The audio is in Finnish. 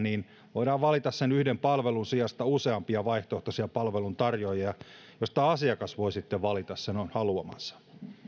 niin voidaan valita sen yhden palvelun sijasta useampia vaihtoehtoisia palveluntarjoajia joista asiakas voi sitten valita sen haluamansa